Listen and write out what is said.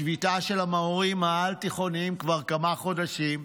שביתה של המורים העל-יסודיים כבר כמה חודשים.